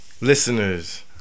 listeners